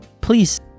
please